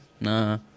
Nah